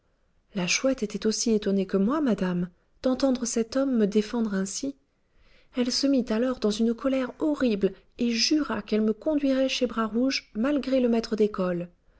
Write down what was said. la chouette était aussi étonnée que moi madame d'entendre cet homme me défendre ainsi elle se mit alors dans une colère horrible et jura qu'elle me conduirait chez bras rouge malgré le maître d'école